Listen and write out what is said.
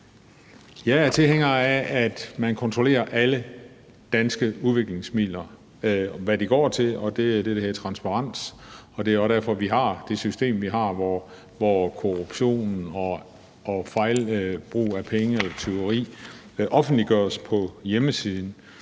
Jeg er tilhænger af, at man kontrollerer alle danske udviklingsmidler, og hvad de går til. Det er det, der hedder transparens, og det er også derfor, vi har det system, vi har, hvor korruption og fejlbrug af penge eller tyveri offentliggøres på hjemmesiden.